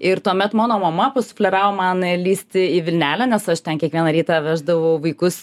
ir tuomet mano mama pasufleravo man lįsti į vilnelę nes aš ten kiekvieną rytą veždavau vaikus